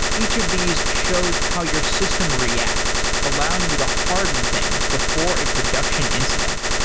each of these shows how your system reacts allowing you to harden things before a production incident.